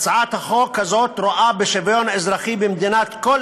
הצעת החוק הזאת רואה בשוויון אזרחי במדינת כל